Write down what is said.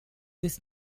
this